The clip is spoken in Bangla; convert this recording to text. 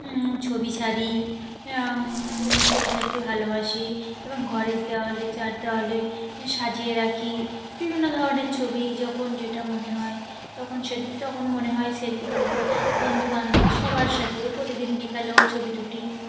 ছবি ছাড়ি ছবি ছাড়তে ভালোবাসি এবং ঘরের দেওয়ালে চার দেওয়ালে সাজিয়ে রাখি বিভিন্ন ধরনের ছবি যখন যেটা মনে হয় তখন সে তখন মনে হয় সেলফি তুলব বন্ধুবান্ধবী সবার সাথে প্রতিদিন বিকালেও ছবি তুটি